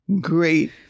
great